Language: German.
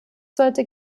sollte